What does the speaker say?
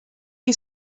ket